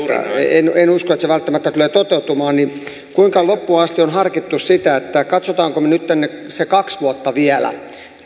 en en usko että se välttämättä tulee toteutumaan niin kuinka loppuun asti on harkittu sitä katsommeko me nyt sen kaksi vuotta vielä